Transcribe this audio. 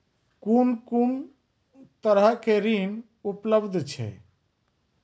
कून कून तरहक ऋण उपलब्ध छै?